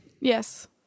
Yes